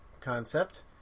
concept